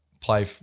play